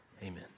Amen